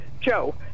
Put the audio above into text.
Joe